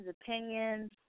opinions